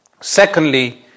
Secondly